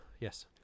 Yes